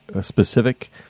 specific